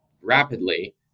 rapidly